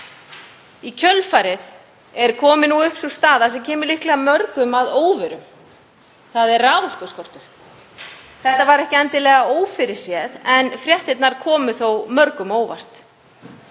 Í kjölfarið er komin upp sú staða sem kemur líklega mörgum að óvörum, þ.e. raforkuskortur. Það var ekki endilega ófyrirséð en fréttirnar komu þó mörgum á óvart.